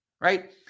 right